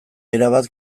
erabat